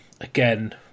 again